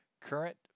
current